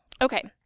Okay